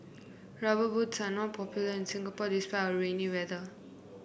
rubber boots are not popular in Singapore despite our rainy weather